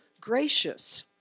gracious